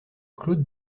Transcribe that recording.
claude